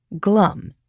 glum